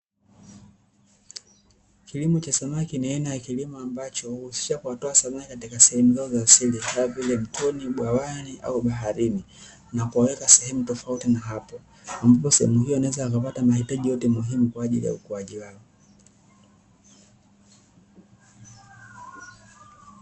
Kilimo cha samaki ni aina ya kilimo ambacho huusisha kuwatoa samaki katika sehemu zao za asili kama vile: mtoni, bwawani au baharini na kuwaweka sehemu tofauti na hapo, ambapo sehemu hiyo wanaweza kupata mahitaji yote muhimu kwa ajili ya ukuaji wao.